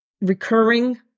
recurring